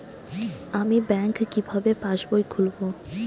আমি ব্যাঙ্ক কিভাবে পাশবই খুলব?